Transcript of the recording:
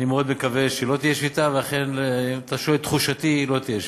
אני מאוד מקווה שלא תהיה שביתה.